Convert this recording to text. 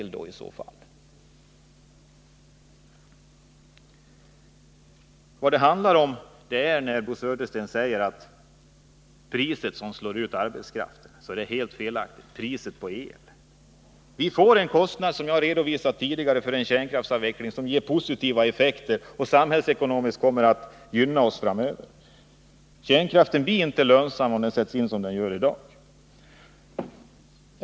Vad det här handlar om är att priset på el enligt Bo Södersten slår ut arbetskraften, men det är helt felaktigt. Vi får, som jag har redovisat tidigare, en kostnad för en kärnkraftsavveckling som ger positiva effekter och samhällsekonomiskt kommer att gynna oss framöver. Kärnkraften blir inte lönsam om den sätts in som i dag.